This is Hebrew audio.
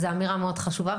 זו אמירה מאוד חשובה,